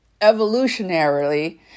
evolutionarily